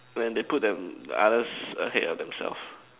when they put them others ahead of themselves